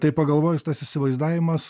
taip pagalvojus tas įsivaizdavimas